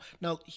Now